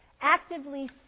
Actively